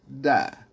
die